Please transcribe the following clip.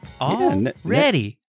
Already